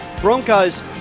Broncos